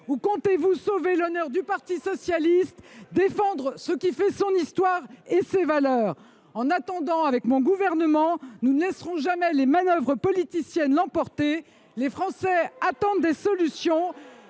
Ou comptez vous sauver l’honneur du parti socialiste et défendre ce qui fait son histoire et ses valeurs ? En attendant, avec mon gouvernement, je ne laisserai jamais les manœuvres politiciennes l’emporter ! Les Français attendent des solutions.